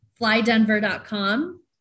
flydenver.com